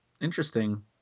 interesting